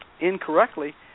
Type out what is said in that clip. incorrectly